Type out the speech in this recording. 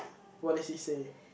what did he say